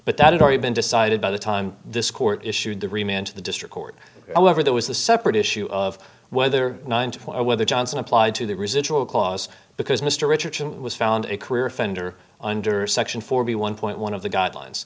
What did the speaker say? but that is already been decided by the time this court issued the remain to the district court however there was a separate issue of whether ninety four whether johnson applied to the residual clause because mr richardson was found a career offender under section forty one point one of the guidelines